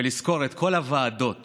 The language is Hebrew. ולסקור את כל הוועדות